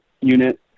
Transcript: unit